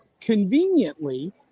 conveniently